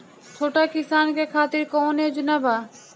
छोटा किसान के खातिर कवन योजना बा?